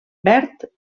verd